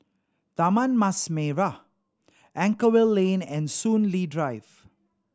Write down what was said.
Taman Mas Merah Anchorvale Lane and Soon Lee Drive